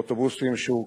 אדוני השר.